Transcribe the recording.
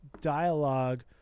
dialogue